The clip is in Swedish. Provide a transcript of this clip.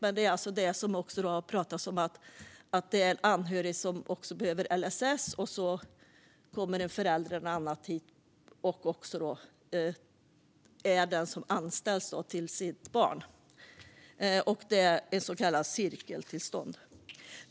Men det gäller det som det också har pratats om; föräldern till en anhörig som behöver hjälp enligt LSS kommer hit och anställs av sitt barn. Det kallas cirkeltillstånd.